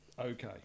okay